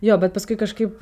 jo bet paskui kažkaip